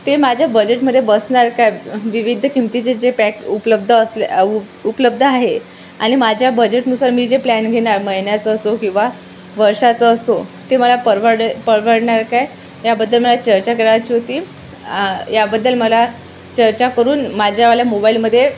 ते माझ्या बजेटमध्ये बसणार काय विविध किमतीचे जे पॅक उपलब्ध असले उप उपलब्ध आहे आणि माझ्या बजेटनुसार मी जे प्लॅन घेणार महिन्याचं असो किंवा वर्षाचं असो ते मला परवडे परवडणार काय याबद्दल मला चर्चा करायची होती याबद्दल मला चर्चा करून माझ्यावाल्या मोबाईलमध्ये